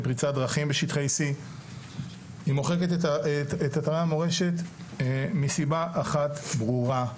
לפריצת דרכים בשטחי C. היא מוחקת את אתרי המורשת מסיבה אחת ברורה,